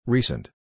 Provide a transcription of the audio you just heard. Recent